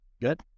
good